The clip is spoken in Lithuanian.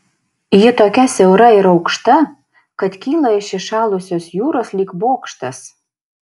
ji tokia siaura ir aukšta kad kyla iš įšalusios jūros lyg bokštas